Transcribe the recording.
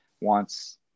wants